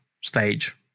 stage